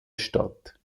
statt